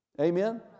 Amen